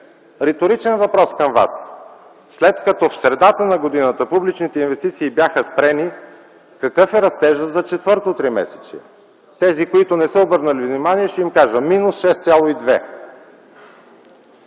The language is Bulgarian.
Риторичен въпрос към вас: след като в средата на миналата година публичните инвестиции бяха спрени, какъв е растежът за четвъртото тримесечие? На тези, които не са обърнали внимание, ще им кажа – минус 6,2%.